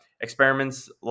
experiments